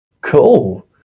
Cool